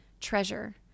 treasure